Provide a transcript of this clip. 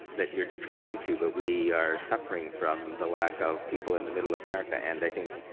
that you're trying to but we are suffering from the lack of people in the middle of america and i think,